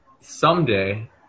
someday